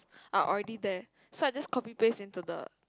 are already there so I just copy paste into the